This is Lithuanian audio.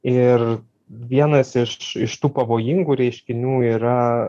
ir vienas iš iš tų pavojingų reiškinių yra